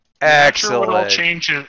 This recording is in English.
Excellent